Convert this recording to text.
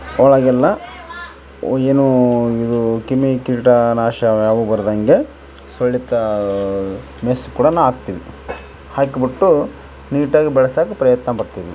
ಒಳಗೆಲ್ಲ ಓ ಏನೂ ಇದೂ ಕ್ರಿಮಿ ಕೀಟ ನಾಶ ಅವು ಯಾವು ಬರ್ದಂಗೆ ಸೊಳ್ಳೆ ತಾ ಮೆಸ್ಸ್ ಕೂಡ ಹಾಕ್ತಿವಿ ಹಾಕಿಬಿಟ್ಟು ನೀಟಾಗಿ ಬೆಳ್ಸೋಕ್ ಪ್ರಯತ್ನ ಪಡ್ತಿವಿ